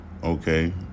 Okay